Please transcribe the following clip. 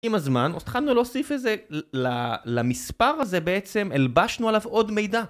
עם הזמן, התחלנו להוסיף את זה למספר הזה, בעצם, הלבשנו עליו עוד מידע.